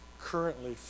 currently